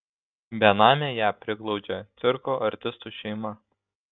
benamę ją priglaudžia cirko artistų šeima